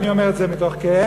אבל אני אומר את זה מתוך כאב,